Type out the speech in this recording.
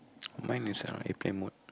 mine is on airplane mode